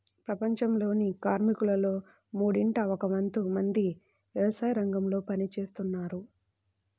ప్రపంచంలోని కార్మికులలో మూడింట ఒక వంతు మంది వ్యవసాయరంగంలో పని చేస్తున్నారు